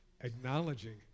acknowledging